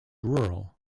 rural